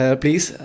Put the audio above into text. please